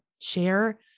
share